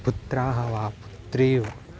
पुत्राः वा पुत्री वा